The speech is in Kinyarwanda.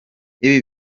ibi